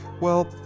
well,